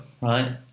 right